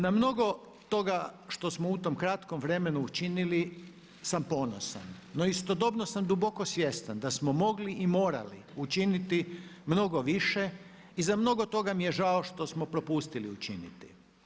Na mnogo toga što smo u tom kratkom vremenu učinili sam ponosan, no istodobno sam duboko svjestan da smo mogli i morali učiniti mnogo više i za mnogo toga mi je žao što smo propustili učiniti.